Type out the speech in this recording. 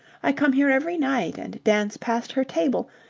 i come here every night and dance past her table,